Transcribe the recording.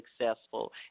successful